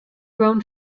grown